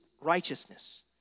righteousness